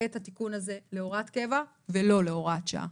את התיקון הזה להוראת קבע ולא להוראת שעה.